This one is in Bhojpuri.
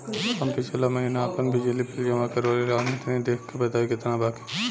हम पिछला महीना आपन बिजली बिल जमा करवले रनि तनि देखऽ के बताईं केतना बाकि बा?